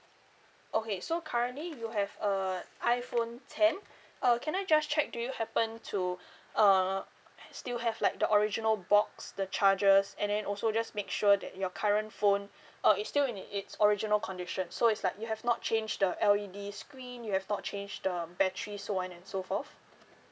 okay so currently you have a iPhone ten uh can I just check do you happen to uh still have like the original box the chargers and then also just make sure that your current phone uh is still in its original condition so is like you have not changed the L_E_D screen you have not changed the battery so on and so forth